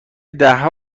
دهها